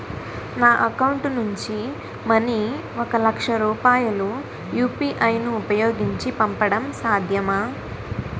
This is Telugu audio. నా అకౌంట్ నుంచి మనీ ఒక లక్ష రూపాయలు యు.పి.ఐ ను ఉపయోగించి పంపడం సాధ్యమా?